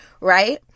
right